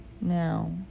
Now